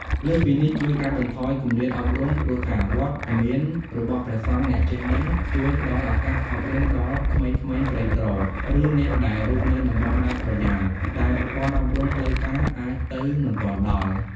លើសពីនេះជួយកាត់បន្ថយគម្លាតអប់រំ ព្រោះថាវត្តមានរបស់ព្រះសង្ឃអ្នកចេះដឹង ជួយផ្តល់ឱកាសអប់រំដល់ក្មេងៗក្រីក្រ ឬអ្នកដែលរស់នៅតំបន់ដាច់ស្រយាល ដែលប្រព័ន្ធអប់រំផ្លូវការអាចទៅមិនទាន់ដល់។